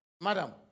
Madam